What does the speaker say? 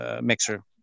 mixer